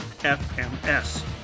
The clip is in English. FMS